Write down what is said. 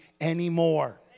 anymore